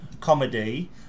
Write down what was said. comedy